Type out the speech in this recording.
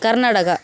Karnataka